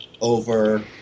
over